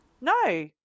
No